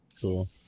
Cool